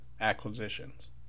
acquisitions